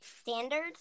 standards